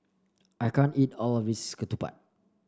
I can't eat all of this Ketupat